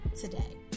today